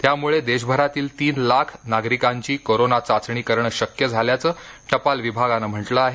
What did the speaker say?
त्यामुळे देशभरातील तीन लाख नागरिकांची कोरोना चाचणी करणे शक्य झाल्याच टपाल विभागाने म्हटले आहे